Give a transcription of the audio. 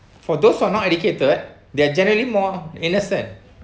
for those who are not educated they're generally more innocent